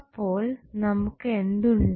അപ്പോൾ നമുക്ക് എന്തുണ്ട്